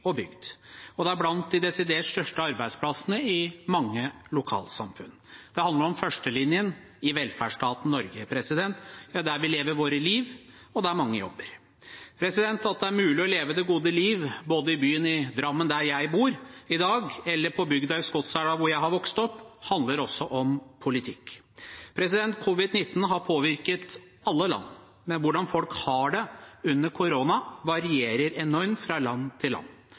og bygd. Det handler om de desidert største arbeidsplassene i mange lokalsamfunn. Det handler om førstelinjen i velferdsstaten Norge, om der vi lever livet vårt, og der mange jobber. At det er mulig å leve det gode liv både i byen, i Drammen, der jeg bor i dag, og på bygda, på Skotselv, der jeg har vokst opp, handler også om politikk. Covid-19 har påvirket alle land, men hvordan folk har det under koronaepidemien, varierer enormt fra land til land.